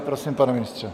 Prosím, pane ministře.